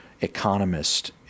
economist